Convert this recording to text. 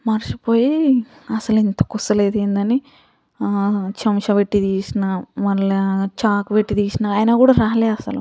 మర్చిపోయి అసలు ఎంతకు వస్తలేదు ఏంది అని చెంచా పెట్టి తీసినా మళ్ళీ చాకు పెట్టి తీసినా అయినా కూడా రాలేదు అసలు